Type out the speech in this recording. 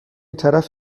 طرف